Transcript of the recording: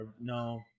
No